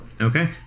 Okay